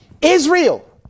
Israel